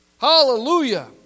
Hallelujah